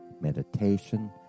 meditation